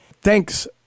Thanks